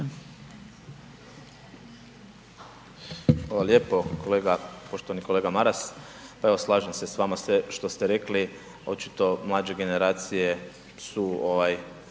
Hvala lijepo. Poštovani kolega Maras, pa evo slažem se s vama sve što ste rekli, očito mlađe generacije su